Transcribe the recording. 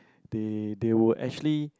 they they would actually